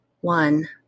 one